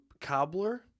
cobbler